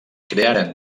crearen